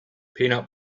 peanut